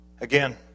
Again